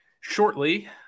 shortly